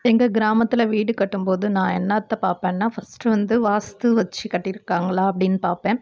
எங்கள் கிராமத்தில் வீடு கட்டும் போது நான் என்னாத்த பார்ப்பேன்னா ஃபர்ஸ்ட்டு வந்து வாஸ்த்து வச்சு கட்டிருக்காங்களா அப்படின் பார்ப்பேன்